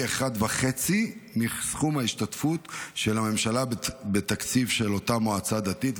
אחד וחצי מסכום ההשתתפות של הממשלה בתקציב של אותה מועצה דתית,